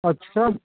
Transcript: ਅੱਛਾ